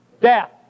death